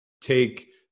take